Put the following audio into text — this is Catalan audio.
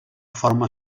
forma